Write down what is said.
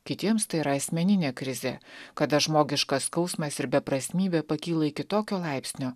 kitiems tai yra asmeninė krizė kada žmogiškas skausmas ir beprasmybė pakyla iki tokio laipsnio